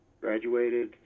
graduated